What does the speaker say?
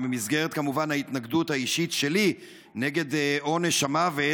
ובמסגרת כמובן ההתנגדות האישית שלי נגד עונש המוות,